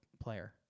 player